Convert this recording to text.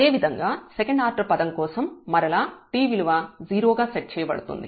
అదేవిధంగా second order పదం కోసం మరల t విలువ 0 గా సెట్ చేయబడుతుంది